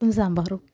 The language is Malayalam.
പുട്ടും സാമ്പാറും